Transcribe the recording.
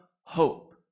hope